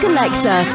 Alexa